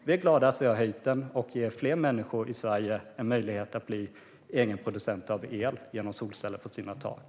Vi är glada över att vi har höjt stödet och därigenom ger fler människor i Sverige möjlighet att bli egenproducenter av el genom solceller på sina tak.